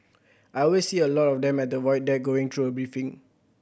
I always see a lot of them at the Void Deck going through a briefing